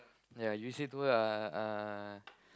ya you say to her ah uh